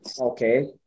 Okay